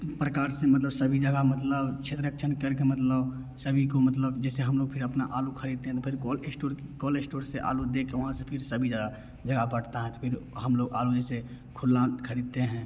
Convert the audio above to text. प्रकार से मतलब सभी जगह मतलब क्षेत्र रक्षण करके मतलब सभी को मतलब जैसे हम लोग फिर अपना आलू ख़रीदते हैं तो फिर कॉल इश्टोर की कॉल इश्टोर से आलू देके वहाँ से फिर सभी जगह जगह बँटता है तो फिर हम लोग आलू जैसे खुला ख़रीदते हैं